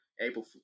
April